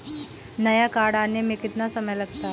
नया कार्ड आने में कितना समय लगता है?